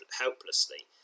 helplessly